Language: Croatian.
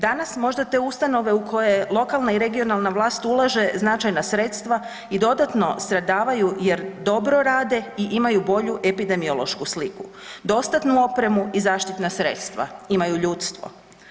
Danas možda te ustanova u koje lokalna i regionalna vlast ulaže značajna sredstva i dodatno stradavaju jer dobro rade i imaju bolju epidemiološku sliku, dostatnu opremu i zaštitna sredstva, imaju ljudstvo.